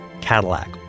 Cadillac